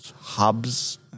hubs